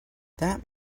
that